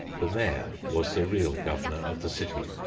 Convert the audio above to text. the mayor was the real governor of the city.